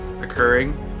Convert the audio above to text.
occurring